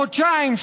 חודשיים,